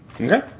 Okay